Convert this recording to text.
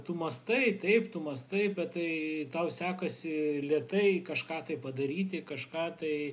tu mąstai taip tu mąstai bet tai tau sekasi lėtai kažką tai padaryti kažką tai